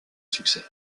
succès